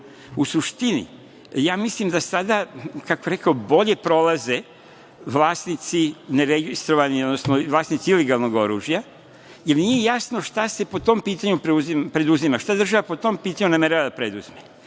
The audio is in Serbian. suštini, mislim da sada, kako bih rekao, bolje prolaze vlasnici ne registrovanih, odnosno vlasnici ilegalnog oružja, jer nije jasno šta se po tom pitanju preduzima, šta država po tom pitanju namerava da preduzme.